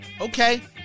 Okay